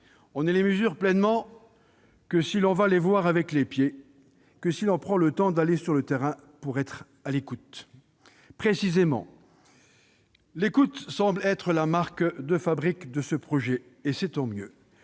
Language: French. on ne les mesure pleinement que si l'on va les voir « avec les pieds », que si l'on prend le temps d'aller sur le terrain pour être à l'écoute. Précisément, l'écoute semble être la marque de fabrique de ce projet de loi, et c'est tant mieux